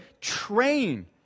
train